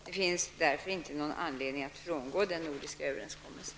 Det finns därför inte någon anledning att frångå den nordiska överenskommelsen.